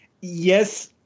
yes